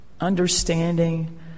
understanding